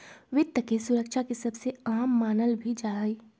वित्त के सुरक्षा के सबसे अहम मानल भी जा हई